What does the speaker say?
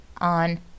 on